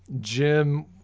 Jim